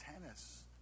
tennis